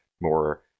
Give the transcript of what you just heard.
more